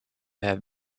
have